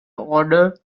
order